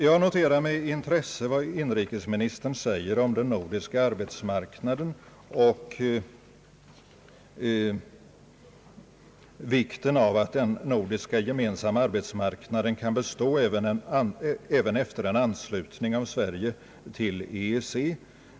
Jag noterar med intresse vad inrikesministern säger om den nordiska arbetsmarknaden och vikten av att den nordiska gemensamma arbetsmarknaden kan bestå även efter en anslutning av Sverige till EEC.